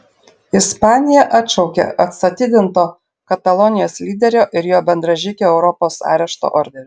ispanija atšaukė atstatydinto katalonijos lyderio ir jo bendražygių europos arešto orderius